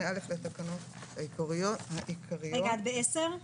רגע, את בסעיף 10?